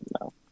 No